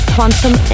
Quantum